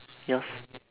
yours